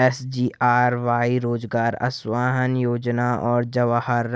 SGRY रोजगार आश्वासन योजना और जवाहर